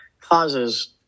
causes